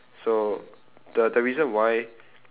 so the the reason why